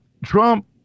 Trump